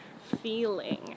feeling